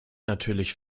natürlich